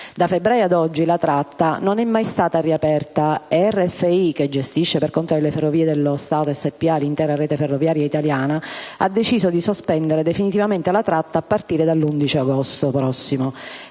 Da febbraio ad oggi la tratta non è mai stata riaperta e RFI, che gestisce per conto di Ferrovie dello Stato SpA l'intera rete ferroviaria italiana, ha deciso di sospendere definitivamente la tratta a partire dall'11 agosto prossimo.